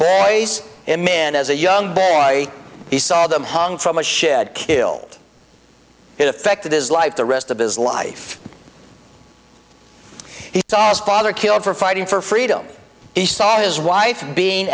days him in as a young boy he saw them hung from a shed killed it affected his life the rest of his life he tossed father killed for fighting for freedom he saw his wife being